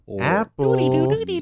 Apple